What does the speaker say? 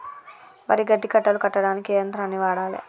వరి గడ్డి కట్టలు కట్టడానికి ఏ యంత్రాన్ని వాడాలే?